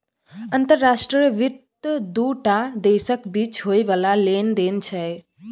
अंतर्राष्ट्रीय वित्त दू टा देशक बीच होइ बला लेन देन छै